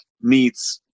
meets